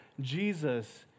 Jesus